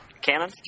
canon